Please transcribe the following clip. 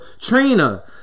Trina